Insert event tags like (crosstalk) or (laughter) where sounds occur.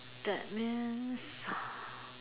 that means (breath)